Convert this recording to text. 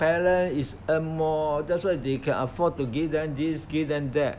parent is earn more that's what they can afford to give them this give them that